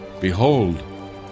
Behold